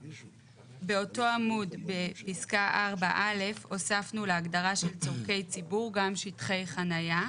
באותו עמוד בפסקה 4(א) הוספנו להגדרה של צרכי ציבור גם שטחי חניה.